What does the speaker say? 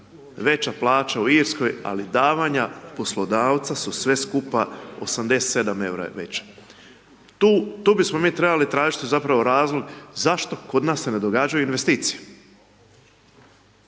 veća plaća u Irskoj ali davanja poslodavca su sve skupa 87 eura je veća. Tu bismo mi trebali tražiti zapravo razlog zašto kod nas se ne događaju investicije.